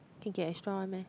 can get extra one meh